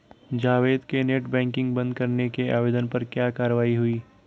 जावेद के net banking बंद करने के आवेदन पर क्या कार्यवाही हुई?